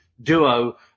duo